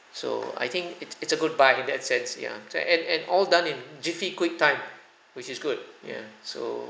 so I think it's it's a good buy in that sense ya so and and all done in jiffy quick time which is good ya so